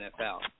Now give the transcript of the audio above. NFL